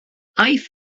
aeth